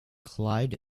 clyde